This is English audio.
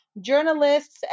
journalists